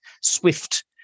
swift